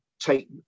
take